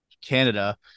Canada